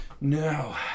no